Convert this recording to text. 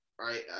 Right